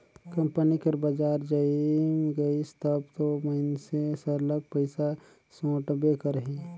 company कर बजार जइम गइस तब दो मइनसे सरलग पइसा सोंटबे करही